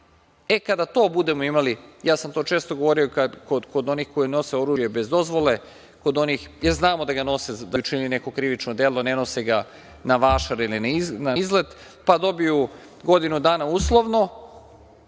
dece. Kada to budemo imali, a ja sam to često govorio, kad kod onih koji nose oružje bez dozvole, jer znamo da ga nose da bi učinili neko krivično delo, ne nose ga na vašar ili na izlet. Pa, dobiju godinu dana uslovno.